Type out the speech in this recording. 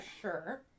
sure